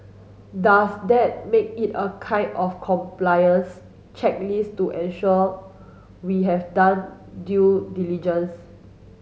does that make it a kind of compliance checklist to ensure we have done due diligence